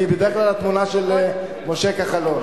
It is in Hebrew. כי היא בדרך כלל התמונה של משה כחלון.